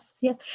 yes